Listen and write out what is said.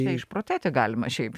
čia išprotėti galima šiaip